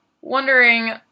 wondering